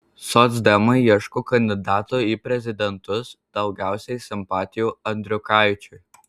socdemai ieško kandidato į prezidentus daugiausiai simpatijų andriukaičiui